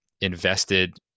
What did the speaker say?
invested